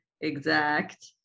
exact